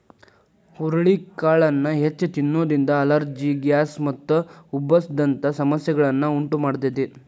ಹುರಳಿಕಾಳನ್ನ ಹೆಚ್ಚ್ ತಿನ್ನೋದ್ರಿಂದ allergy, gas ಮತ್ತು ಉಬ್ಬಸ ದಂತ ಸಮಸ್ಯೆಗಳನ್ನ ಉಂಟಮಾಡ್ತೇತಿ